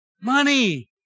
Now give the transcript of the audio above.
money